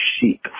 sheep